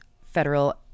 federal